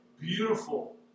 beautiful